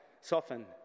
soften